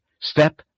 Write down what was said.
Step